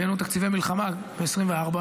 הבאנו תקציבי מלחמה ב-2024,